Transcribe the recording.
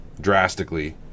drastically